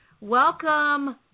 welcome